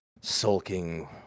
sulking